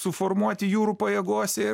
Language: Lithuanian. suformuoti jūrų pajėgose